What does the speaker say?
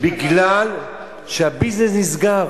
מכיוון שהביזנס נסגר,